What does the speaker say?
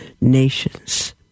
nations